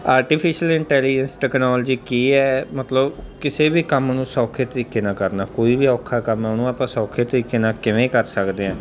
artificial intelligence technology ਕੀ ਹੈ ਮਤਲਬ ਕਿਸੇ ਵੀ ਕੰਮ ਨੂੰ ਸੌਖੇ ਤਰੀਕੇ ਨਾਲ ਕਰਨਾ ਕੋਈ ਵੀ ਔਖਾ ਕੰਮ ਆ ਉਹਨੂੰ ਆਪਾਂ ਸੌਖੇ ਤਰੀਕੇ ਨਾਲ ਕਿਵੇਂ ਕਰ ਸਕਦੇ ਹਾਂ